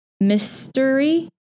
mystery